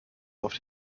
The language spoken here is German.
auf